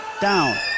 down